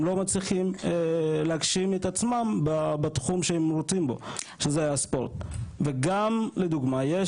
לא מצליחים להגשים את עצמם בתחום שהם רוצים בו שזה הספורט וגם לדוגמא,